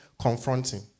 confronting